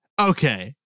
Okay